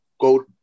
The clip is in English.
go